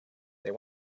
they